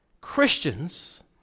Christians